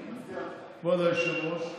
כבוד היושב-ראש,